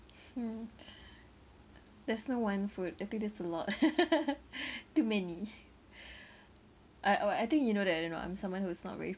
hmm there's no one food I think there's a lot too many I uh I think you know that I don't know I'm someone who's not very